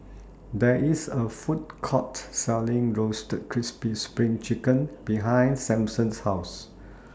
There IS A Food Court Selling Roasted Crispy SPRING Chicken behind Simpson's House